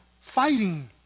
fighting